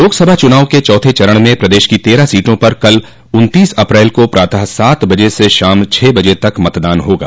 लोकसभा चुनाव के चौथे चरण में प्रदेश की तेरह सीटों पर कल उन्नतीस अप्रैल को प्रातः सात बजे स शाम छह बजे तक मतदान होगा